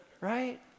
right